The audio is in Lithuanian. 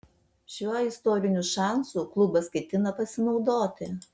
šiuo istoriniu šansu klubas ketina pasinaudoti